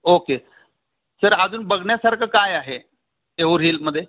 okay sir अजून बघण्यासारखं काय आहे येऊर हिलमध्ये